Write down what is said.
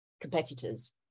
competitors